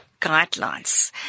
guidelines